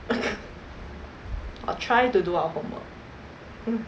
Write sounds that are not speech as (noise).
(noise) or try to do our homework